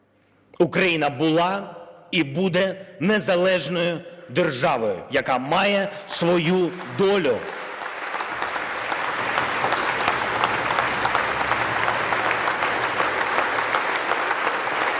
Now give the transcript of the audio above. Україна була і буде незалежною державою, яка має свою долю!